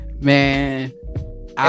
Man